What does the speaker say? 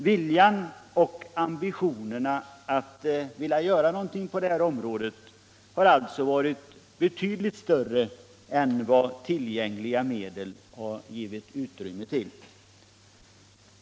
Viljan och ambitionerna att göra någonting på detta område har alltså varit betydligt större än vad tillgängliga medel har givit utrymme för.